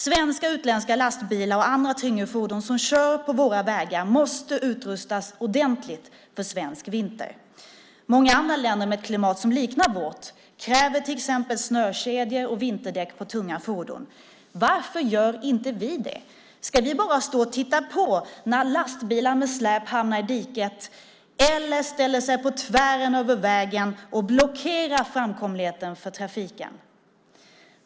Svenska och utländska lastbilar och andra tyngre fordon som kör på våra vägar måste utrustas ordentligt för svensk vinter. Många andra länder med ett klimat som liknar vårt kräver till exempel snökedjor och vinterdäck på tunga fordon. Varför gör inte vi det? Ska vi bara stå och titta på när lastbilar med släp hamnar i diket eller ställer sig på tvären över vägen och blockerar framkomligheten för trafiken?